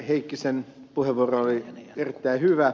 heikkisen puheenvuoro oli erittäin hyvä